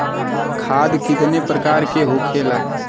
खाद कितने प्रकार के होखेला?